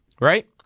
Right